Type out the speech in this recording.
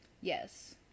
Yes